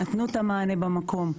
נתנו את המענה במקום.